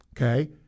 Okay